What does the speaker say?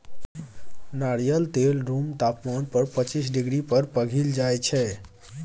नारियल तेल रुम तापमान पर पचीस डिग्री पर पघिल जाइ छै